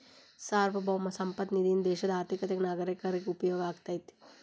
ಸಾರ್ವಭೌಮ ಸಂಪತ್ತ ನಿಧಿಯಿಂದ ದೇಶದ ಆರ್ಥಿಕತೆಗ ನಾಗರೇಕರಿಗ ಉಪಯೋಗ ಆಗತೈತಿ